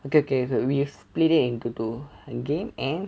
okay okay we split it into two